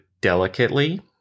delicately